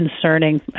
concerning